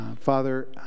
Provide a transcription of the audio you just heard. Father